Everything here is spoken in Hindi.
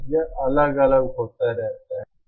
यह अलग अलग होता रहता है